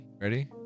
ready